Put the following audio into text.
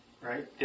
Right